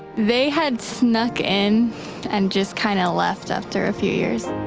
they had snuck in and just kind of left after a few years.